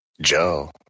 Joe